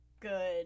Good